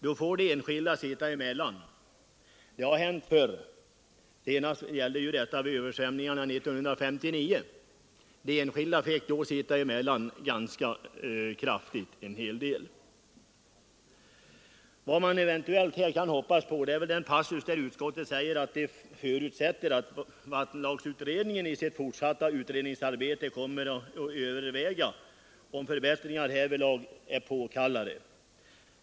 Då får de enskilda sitta emellan. Det har hänt förr. Senast gällde detta vid översvämningarna 1959, då en hel del enskilda fick sitta emellan ganska ordentligt. Vad man eventuellt här kan hoppas på är väl den passus där utskottet säger att det ”förutsätter att vattenlagsutredningen i sitt fortsatta utredningsarbete kommer att överväga om förbättringar härvidlag är påkallade”.